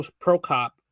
pro-cop